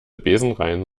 besenrein